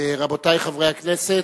רבותי חברי הכנסת,